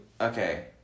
okay